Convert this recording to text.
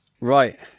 Right